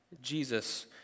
Jesus